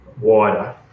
wider